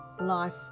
life